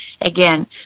again